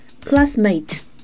Classmate